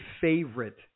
favorite